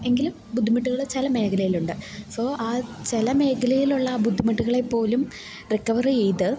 എങ്കിലും ബുദ്ധിമുട്ടുകള് ചില മേഖലയിലുണ്ട് സോ ആ ചില മേഖലയിലുള്ള ആ ബുദ്ധിമുട്ടുകളെ പോലും റിക്കവര് ചെയ്ത്